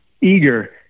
eager